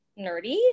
nerdy